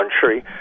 country